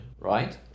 right